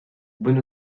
bonne